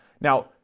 Now